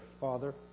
Father